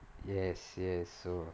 yes yes so